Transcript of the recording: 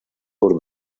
por